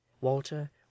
Walter